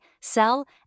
sell